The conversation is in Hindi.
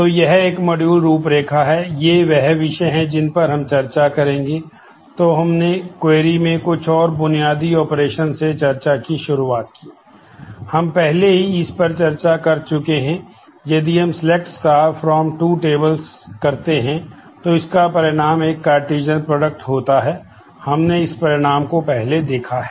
तो यह एक मॉड्यूल से चर्चा की शुरुआत की हम पहले ही इस पर चर्चा कर चुके हैं यदि हम सेलेक्ट फ्रॉम 2 टेबल्स होता है हमने इस परिणाम को पहले देखा है